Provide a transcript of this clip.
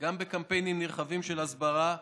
גם בקמפיינים נרחבים של הסברה וגם,